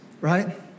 Right